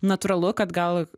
natūralu kad gal